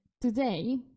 Today